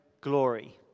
glory